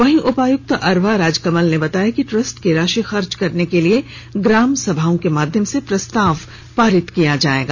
वहीं उपायुक्त अरवा राजकमल ने बताया कि ट्रस्ट की राशि खर्च करने के लिए ग्राम सभाओं के माध्यम से प्रस्ताव पारित किया जाएगा